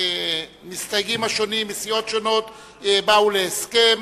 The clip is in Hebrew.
המסתייגים השונים מסיעות שונות באו להסכם,